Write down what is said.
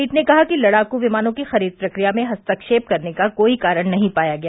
पीठ ने कहा कि लड़ाकू विमानों की खरीद प्रक्रिया में हस्तक्षेप करने का कोई कारण नहीं पाया गया